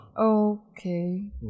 Okay